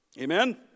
Amen